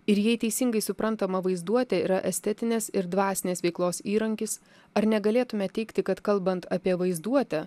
ir jei teisingai suprantama vaizduotė yra estetinės ir dvasinės veiklos įrankis ar negalėtume teigti kad kalbant apie vaizduotę